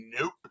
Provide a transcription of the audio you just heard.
Nope